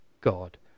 God